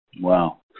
Wow